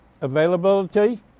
availability